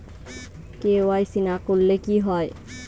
KYC না করলে কি হয়?